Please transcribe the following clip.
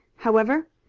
however,